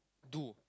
do